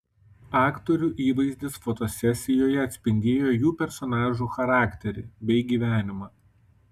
aktorių įvaizdis fotosesijoje atspindėjo jų personažų charakterį bei gyvenimą